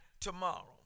tomorrow